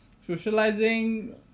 socializing